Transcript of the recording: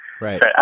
Right